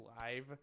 live